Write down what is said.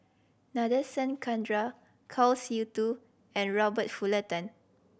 Nadasen Chandra Kwa Siew To and Robert Fullerton